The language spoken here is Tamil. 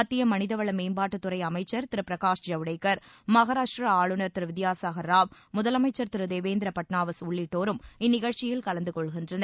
மத்திய மனிதவள மேம்பாட்டுத்துறை அமைச்சர் திரு பிரகாஷ் ஜவ்டேகர் மகாராஷ்டிரா ஆளுநர் திரு வித்யாசாக் ராவ் முதலமைச்சா் திரு தேவேந்திர பட்னாவிஸ் உள்ளிட்டோரும் இந்நிகழ்ச்சியில் கலந்துகொள்கின்றனர்